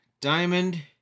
Diamond